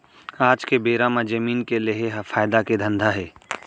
आज के बेरा म जमीन के लेहे ह फायदा के धंधा हे